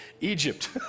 Egypt